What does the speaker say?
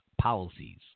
policies